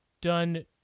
done